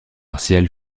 martial